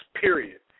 period